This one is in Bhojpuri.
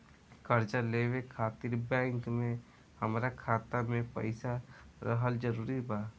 कर्जा लेवे खातिर बैंक मे हमरा खाता मे पईसा रहल जरूरी बा?